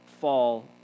fall